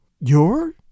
Your